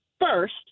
first